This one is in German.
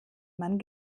man